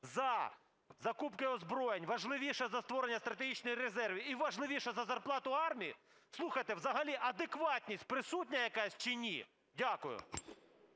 за закупки озброєнь, важливіша за створення стратегічних резервів і важливіша за зарплату армії? Слухайте, взагалі адекватність присутня якась чи ні? Дякую.